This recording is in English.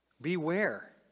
beware